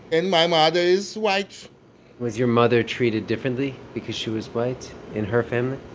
and my mother is white was your mother treated differently because she was white in her family?